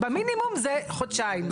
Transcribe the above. במינימום זה חודשיים.